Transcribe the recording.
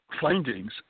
findings